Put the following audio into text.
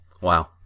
Wow